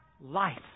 life